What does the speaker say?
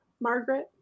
Margaret